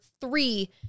three